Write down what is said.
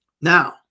Now